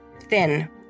Thin